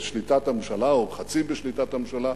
בשליטת הממשלה או חצי בשליטת הממשלה,